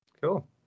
Cool